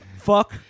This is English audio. Fuck